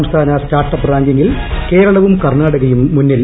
സംസ്ഥാന startup റാങ്കിങ്ങിൽ കേരളവും കർണാടകയും മുന്നിൽ